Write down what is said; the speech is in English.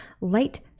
light